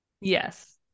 yes